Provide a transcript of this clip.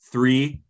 Three